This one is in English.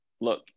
look